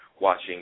watching